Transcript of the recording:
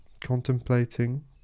contemplating